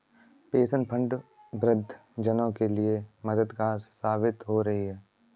pension fund वृद्ध जनों के लिए मददगार साबित हो रही है